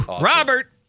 Robert